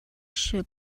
should